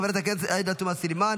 חברת הכנסת עאידה תומא סלימאן,